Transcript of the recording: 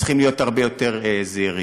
צריכים להיות הרבה יותר זהירים.